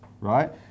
right